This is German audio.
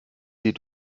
sie